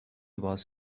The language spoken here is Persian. باز